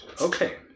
Okay